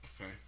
Okay